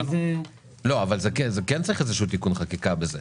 צריך איזה שהוא תיקון חקיקה בזה.